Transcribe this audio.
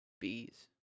bees